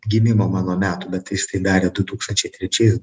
gimimo mano metų bet jis tai darė du tūkstančiai trečiais